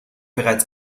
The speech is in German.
bereits